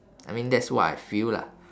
I mean that's what I feel lah